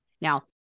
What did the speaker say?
Now